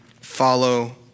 follow